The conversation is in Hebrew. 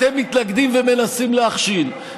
אתם מתלכדים ומנסים להכשיל.